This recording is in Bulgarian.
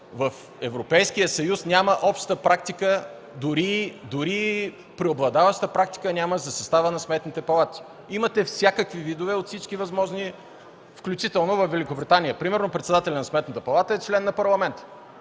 в Европейския съюз няма обща практика, дори преобладаваща практика няма за състава на сметните палати. Имате всякакви видове от всички възможни, включително във Великобритания примерно председателят на Сметната палата е член на Парламента.